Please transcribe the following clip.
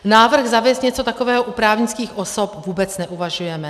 Návrh zavést něco takového u právnických osob vůbec neuvažujeme.